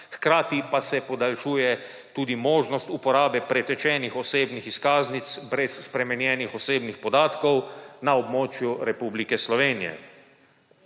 hkrati pa se podaljšuje tudi možnost uporabe pretečenih osebnih izkaznic brez spremenjenih osebnih podatkov na območju Republike Slovenije.